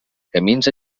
camins